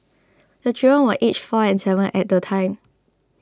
the children were aged four and seven at the time